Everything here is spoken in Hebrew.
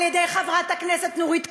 על-ידי חברת הכנסת נורית קורן,